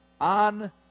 on